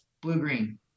Blue-green